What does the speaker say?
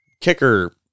Kicker